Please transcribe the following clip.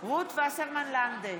רות וסרמן לנדה,